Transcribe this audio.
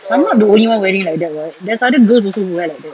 I'm not the only one wearing like that what there's other girls also who wear like that